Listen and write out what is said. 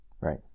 Right